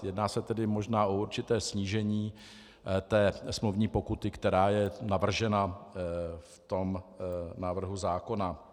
Jedná se tedy možná o určité snížení smluvní pokuty, která je navržena v tom návrhu zákona.